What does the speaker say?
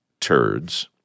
turds